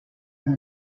dret